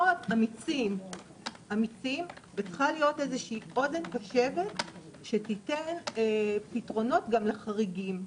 אמיצים וצריכה להיות איזו שהיא אוזן קשבת שתיתן פתרונות גם לחריגים.